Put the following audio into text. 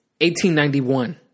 1891